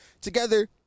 together